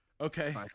Okay